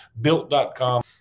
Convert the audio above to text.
Built.com